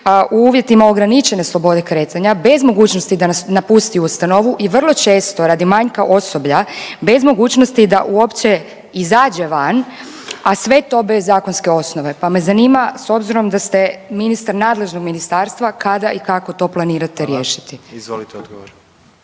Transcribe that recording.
u uvjetima ograničene slobode kretanja bez mogućnosti da napusti ustanovu i vrlo često zbog manjka osoblja, bez mogućnosti da uopće izađe van, a sve to bez zakonske osnove, pa me zanima s obzirom da ste ministar nadležnog ministarstva kada i kako to planirate riješiti? **Jandroković,